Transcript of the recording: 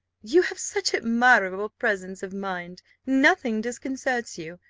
you have such admirable presence of mind, nothing disconcerts you!